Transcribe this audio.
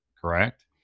correct